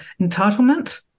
entitlement